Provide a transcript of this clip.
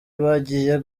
bagiye